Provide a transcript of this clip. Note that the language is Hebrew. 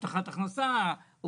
הבטחת הכנסה או